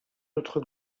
notre